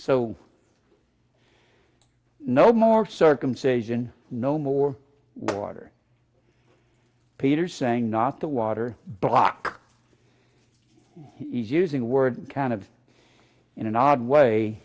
so no more circumcision no more water peter saying not the water block he's using the word kind of in an odd way